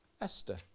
Esther